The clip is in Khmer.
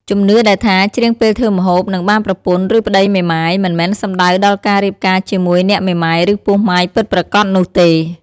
ជំនឿដែលថា ច្រៀងពេលធ្វើម្ហូប នឹងបានប្រពន្ធឫប្ដីមេម៉ាយ មិនមែនសំដៅដល់ការរៀបការជាមួយអ្នកមេម៉ាយឫពោះម៉ាយពិតប្រាកដនោះទេ។